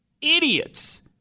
idiots